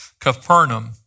Capernaum